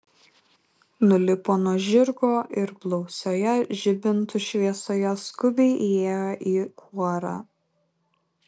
nulipo nuo žirgo ir blausioje žibintų šviesoje skubiai įėjo į kuorą